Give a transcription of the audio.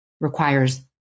requires